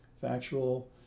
factual